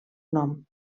nom